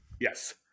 Yes